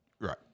Right